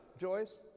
Joyce